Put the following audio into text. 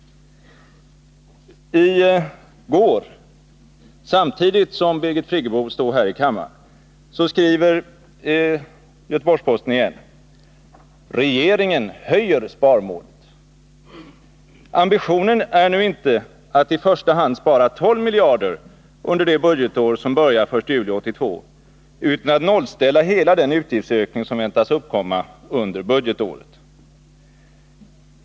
I går, samtidigt som Birgit Friggebo stod och talade här i kammaren, skrev Göteborgs-Posten: ”Regeringen höjer sparmålet. Ambitionen är nu inte att i första hand spara 12 miljarder under det budgetår som börjar 1 juli 1982, utan att nollställa hela den utgiftsökning som väntas uppkomma under budgetåret.